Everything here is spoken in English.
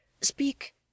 speak